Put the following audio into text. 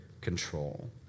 control